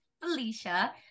Felicia